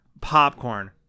popcorn